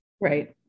Right